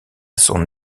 son